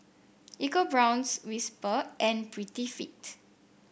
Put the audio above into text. EcoBrown's Whisper and Prettyfit